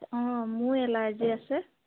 অঁ মোৰ এলাৰ্জি আছে